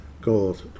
goals